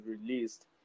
released